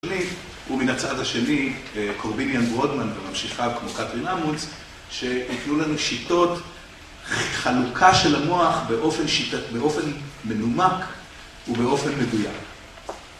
ומן הצד השני קורביניאן ורודמן וממשיכה כמו קטרין עמוץ שיתנו לנו שיטות חלוקה של המוח באופן מנומק ובאופן מדוייק.